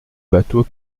bateau